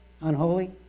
unholy